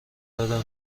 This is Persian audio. دادیم